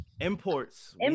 imports